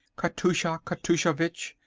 katoosha katooshavitch,